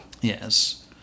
Yes